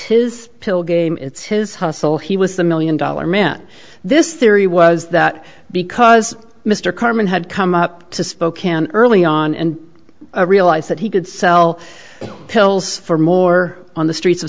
his pill game it's his hustle he was the million dollar man this theory was that because mr carmine had come up to spokane early on and realized that he could sell pills for more on the streets of